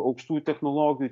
aukštųjų technologijų